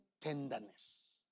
tenderness